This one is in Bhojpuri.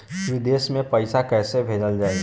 विदेश में पईसा कैसे भेजल जाई?